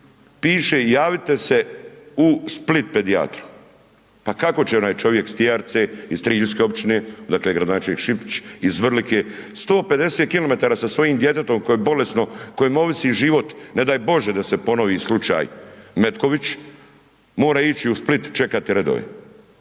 piše javite se u Split pedijatru. Pa kako će onaj čovjek s Tijarice, iz Triljske općine, dakle, gradonačelnik Šipić iz Vrlike, 150 km sa svojim djetetom, koje je bolesno, kojim ovisi život, ne daj Bože da se ponovi slučaj Metković, mora ići u Split čekati redove.